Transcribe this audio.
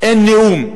אין נאום,